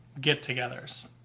get-togethers